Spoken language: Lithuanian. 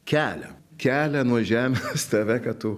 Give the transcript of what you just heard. kelia kelia nuo žemės tave kad tu